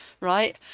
right